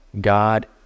god